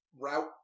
route